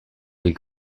des